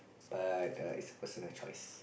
but err is personal choice